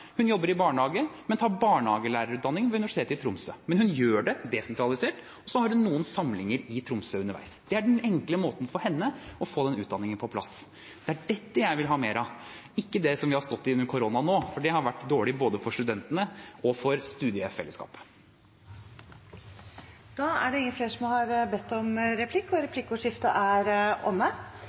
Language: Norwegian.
Hun jobber i barnehage, men tar barnehagelærerutdanning ved Universitetet i Tromsø. Hun gjør det desentralisert, og så har hun noen samlinger i Tromsø underveis. Det er den enkle måten for henne å få den utdanningen på plass. Det er dette jeg vil ha mer av, og ikke det som vi har stått i under koronatiden nå, for det har vært dårlig både for studentene og for studiefellesskapet. Replikkordskiftet er dermed omme. De talere som heretter får ordet, har